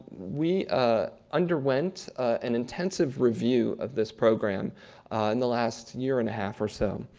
we ah underwent an intensive review of this program in the last year-and-a-half or so.